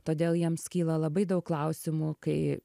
todėl jiems kyla labai daug klausimų kai